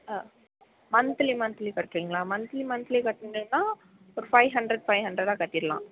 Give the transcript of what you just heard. monthly monthly கட்டுறீங்ளா monthly monthly கட்டுறீங்னா ஒரு ஃபைவ் ஹன்ரெட் ஃபைவ் ஹன்ரெடாக கட்டிடலாம்